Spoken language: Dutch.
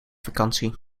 vakantie